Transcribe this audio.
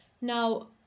Now